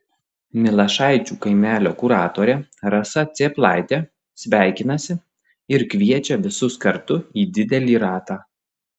milašaičių kaimelio kuratorė rasa cėplaitė sveikinasi ir kviečia visus kartu į didelį ratą